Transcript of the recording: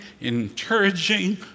encouraging